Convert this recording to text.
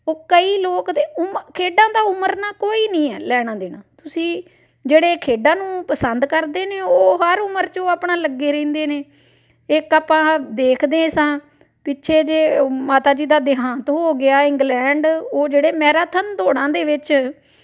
ਉਹ ਕਈ ਲੋਕ ਦੇ ਉਮ ਖੇਡਾਂ ਦਾ ਉਮਰ ਨਾ ਕੋਈ ਨਹੀਂ ਹੈ ਲੈਣਾ ਦੇਣਾ ਤੁਸੀਂ ਜਿਹੜੇ ਖੇਡਾਂ ਨੂੰ ਪਸੰਦ ਕਰਦੇ ਨੇ ਉਹ ਹਰ ਉਮਰ 'ਚ ਉਹ ਆਪਣਾ ਲੱਗੇ ਰਹਿੰਦੇ ਨੇ ਇੱਕ ਆਪਾਂ ਦੇਖਦੇ ਸਾਂ ਪਿੱਛੇ ਜੇ ਮਾਤਾ ਜੀ ਦਾ ਦਿਹਾਂਤ ਹੋ ਗਿਆ ਇੰਗਲੈਂਡ ਉਹ ਜਿਹੜੇ ਮੈਰਾਥਨ ਦੌੜਾਂ ਦੇ ਵਿੱਚ